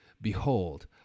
Behold